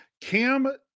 Cam –